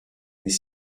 n’est